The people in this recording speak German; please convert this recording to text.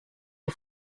die